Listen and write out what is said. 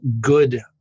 good